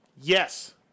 Yes